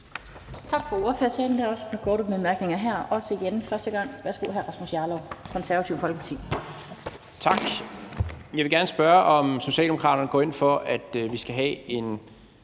Tak for det,